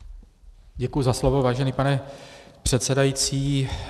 Děkuji za slovo, vážený pane předsedající.